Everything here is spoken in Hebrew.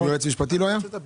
גם יועץ משפטי לא היה?